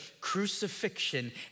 crucifixion